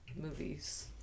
movies